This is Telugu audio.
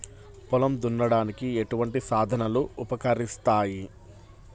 పొలం దున్నడానికి ఎటువంటి సాధనలు ఉపకరిస్తాయి?